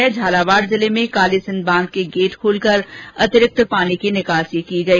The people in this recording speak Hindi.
उधर झालावाड़ जिले में कालीसिंध बांध के गेट खोलकर आज भी अंतिरिक्त पानी की निकासी की गई